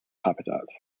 habitat